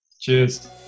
Cheers